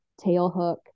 Tailhook